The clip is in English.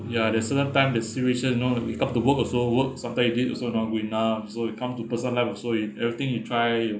ya there's a certain time the situation you know you wake up to work also work sometime you did also not good enough so it come to present them also in everything you try